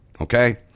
Okay